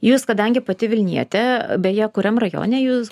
jūs kadangi pati vilnietė beje kuriam rajone jūs